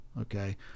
okay